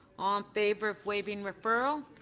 um favor of waiving referral.